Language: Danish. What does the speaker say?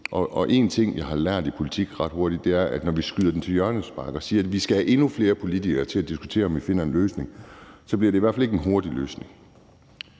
Og en ting, jeg har lært i politik ret hurtigt, er, at når vi skyder den til hjørnespark og siger, at vi skal have endnu flere politikere til at diskutere, om vi finder en løsning, så bliver det i hvert fald ikke en hurtig løsning.